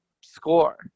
score